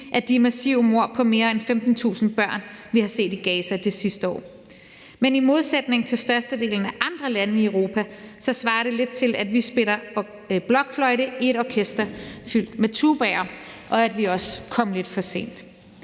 af de massive mord på mere end 15.000 børn, som vi har set i Gaza det sidste år. Men i forhold til størstedelen af andre lande i Europa svarer det lidt til, at vi spiller blokfløjte i et orkester fyldt med tubaer, og at vi også kom lidt for sent.